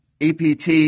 ept